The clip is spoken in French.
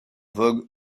vogue